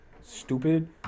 stupid